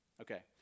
Okay